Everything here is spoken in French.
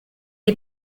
est